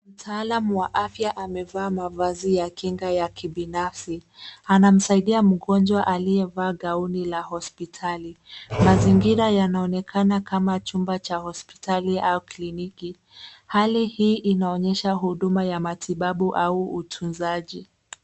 Mtaalam wa afya amevaa mavazi ya kinga ya kibinafsi. Anamsaidia mgonjwa aliyevaa gauni la hospitali. Mazingira yanaonekana kama chumba cha hospitali au kliniki. Hali hii inaonesha huduma ya matibabu au utunzaji.